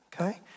okay